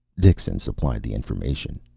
dixon supplied the information.